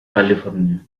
california